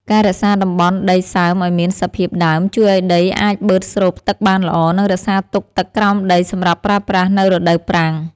ការរក្សាតំបន់ដីសើមឱ្យមានសភាពដើមជួយឱ្យដីអាចបឺតស្រូបទឹកបានល្អ និងរក្សាទុកទឹកក្រោមដីសម្រាប់ប្រើប្រាស់នៅរដូវប្រាំង។